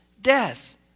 death